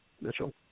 Mitchell